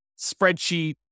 spreadsheet